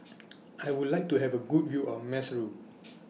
I Would like to Have A Good View of Maseru